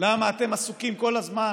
למה אתם עסוקים כל הזמן